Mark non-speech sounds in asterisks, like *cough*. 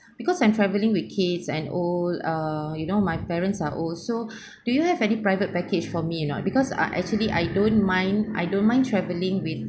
because I'm travelling with kids and old uh you know my parents are old so *breath* do you have any private package for me or not because ah actually I don't mind I don't mind travelling with